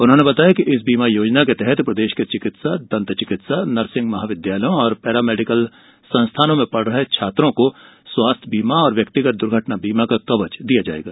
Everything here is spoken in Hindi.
उन्होंने बताया कि इस बीमा योजना के तहत प्रदेश के चिकित्सा दंत चिकित्सा नर्सिंग महाविद्यालयों और पैरामेडिकल संस्थानों में पढ़ रहे छात्रों को स्वास्थ्य बीमा एवं व्यक्तिगत दुर्घटना बीमा का कवच दिया जायेगा